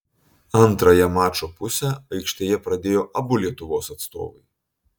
antrąją mačo pusę aikštėje pradėjo abu lietuvos atstovai